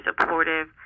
supportive